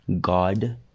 God